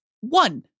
one